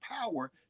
power